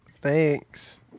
Thanks